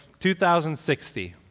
2060